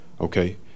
Okay